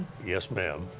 yes, ma'am.